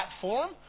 platform